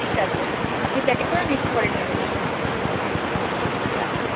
ঠিক আছে আপনি প্যাকেট করুন আমি একটু পরে নিয়ে যাবো এসে রাখছি